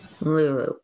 Lulu